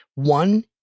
One